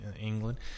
England